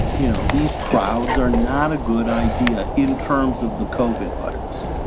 you know, these crowds are not a good idea in terms of the cova advisers.